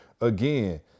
again